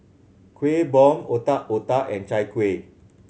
Kueh Bom Otak Otak and Chai Kueh